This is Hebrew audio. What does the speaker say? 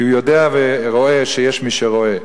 כי הוא יודע ורואה שיש מי שרואה.